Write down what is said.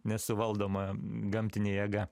nesuvaldoma gamtinė jėga